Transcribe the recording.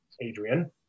Adrian